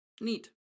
Neat